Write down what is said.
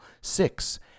six